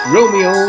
Romeo